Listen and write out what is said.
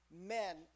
men